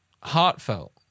heartfelt